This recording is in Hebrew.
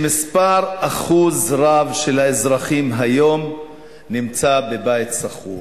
שאחוז גדול של האזרחים היום נמצא בבית שכור.